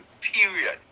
period